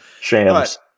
Shams